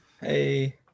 Hey